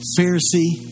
Pharisee